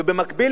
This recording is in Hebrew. ובמקביל,